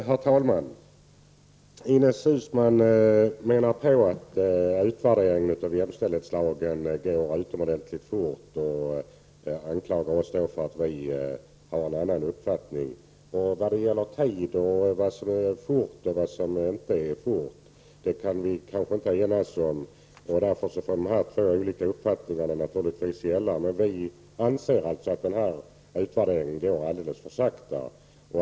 Herr talman! Ines Uusmann menar att arbetet med utvärderingen av jämställdhetslagen går utomordentligt fort och anklagar oss för att vi har en annan uppfattning. Vad gäller tiden och vad som går fort eller inte kan vi kanske inte enas. Därför får de här två olika uppfattningarna naturligtvis stå kvar. Vi anser att arbetet med den här utvärderingen går alldeles för sakta.